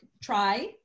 try